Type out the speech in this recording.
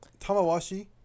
Tamawashi